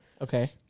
Okay